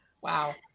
wow